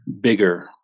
bigger